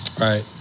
Right